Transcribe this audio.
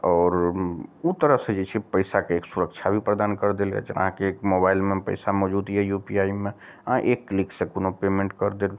आओर ओहि तरह से जे छै पैसाके एक सुरक्षा भी प्रदान कऽ देल अछि आहाँके एक मोबाइलमे पैसा मौजूद यए यू पी आइ मे आहाँ एक क्लिक सऽ कोनो पेमेन्ट कऽ देब